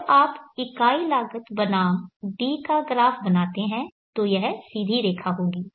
जब आप इकाई लागत बनाम d का ग्राफ बनाते हैं तो यह सीधी रेखा होगी